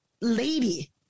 lady